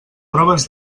proves